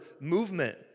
movement